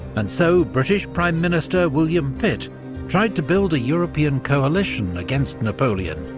and so british prime minister william pitt tried to build a european coalition against napoleon,